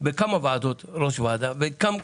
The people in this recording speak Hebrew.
פנייה כשרה על פי הוראות החוק שנקבעו כאן,